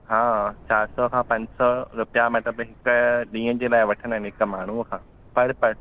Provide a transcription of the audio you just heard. हा चारि सौ खां पंज सौ रुपया मतिलबु हिकु ॾींहं जे लाइ वठंदा आहिनि हिकु माण्हू खां पर परसन